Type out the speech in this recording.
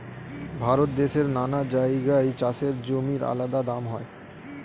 ভারত দেশের নানা জায়গায় চাষের জমির আলাদা দাম হয়